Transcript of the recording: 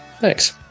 Thanks